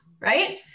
right